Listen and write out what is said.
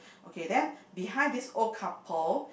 okay then behind this old couple